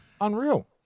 Unreal